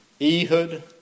Ehud